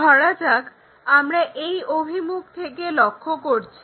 ধরা যাক আমরা এই অভিমুখ থেকে লক্ষ্য করছি